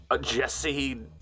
Jesse